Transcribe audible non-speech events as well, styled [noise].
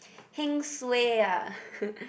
heng suay ah [laughs]